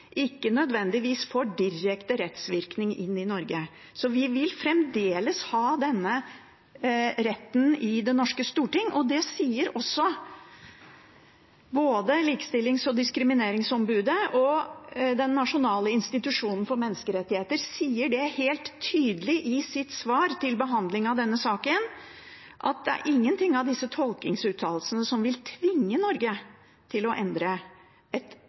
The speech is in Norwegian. ikke det nødvendigvis direkte rettsvirkning inn i Norge. Så vi vil fremdeles ha denne retten i det norske storting. Det sier også både Likestillings- og diskrimineringsombudet og Norges institusjon for menneskerettigheter – de sier helt tydelig i sitt svar til behandlingen av denne saken at ingen av disse tolkningsuttalelsene vil tvinge Norge til å endre